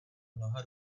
mnoha